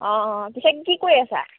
অঁ অঁ পিছে কি কৰি আছা